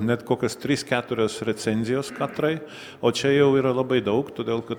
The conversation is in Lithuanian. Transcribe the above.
net kokios trys keturios recenzijos katrai o čia jau yra labai daug todėl kad